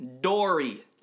Dory